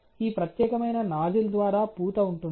ఈ ప్రత్యేకమైన నాజిల్ ద్వారా పూత ఉంటుంది